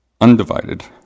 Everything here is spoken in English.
Undivided